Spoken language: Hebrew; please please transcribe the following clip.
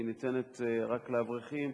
היא ניתנת רק לאברכים,